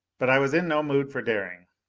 but i was in no mood for daring.